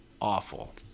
awful